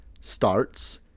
starts